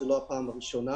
זאת לא הפעם הראשונה,